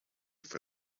for